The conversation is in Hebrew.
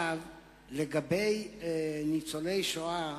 לגבי ניצולי השואה,